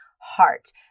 heart